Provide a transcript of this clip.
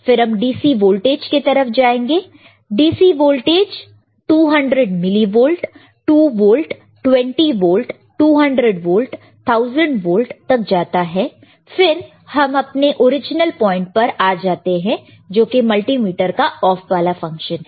फिर हम DC voltage के तरफ जाएंगे DC voltage 200 millivolt 2 volt 20 volt 200 volt 1000 volt तक जाता है फिर हम अपने ओरिजिनल पॉइंट पर आ जाते हैं जो कि मल्टीमीटर का ऑफ वाला फंक्शन है